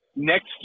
Next